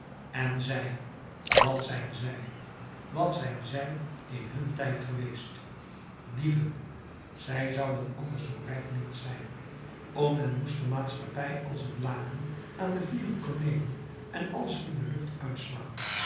en zij wat zijn zij wat zijn zij in hun tijd geweest dieven zij zouden anders zoo rijk niet zijn o men moest de maatschappij als een laken aan de vier hoeken nemen en alles in de lucht uitslaan